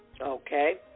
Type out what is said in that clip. Okay